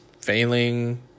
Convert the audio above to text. failing